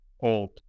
old